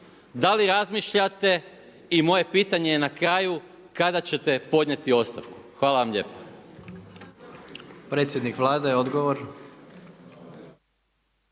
da li razmišljate? I moje pitanje je na kraju kada ćete podnijeti ostavku? Hvala vam lijepa.